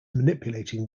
manipulating